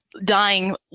dying